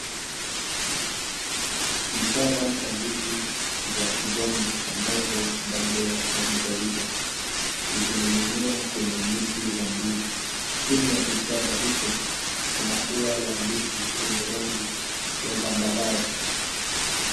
Kishada cha ndizi za kijani ambazo bado hazijaiva, zikining'inia kwenye miti wa ndizi. Chini ya kishada hicho, kuna ua la ndizi lenye rangi ya zambarau.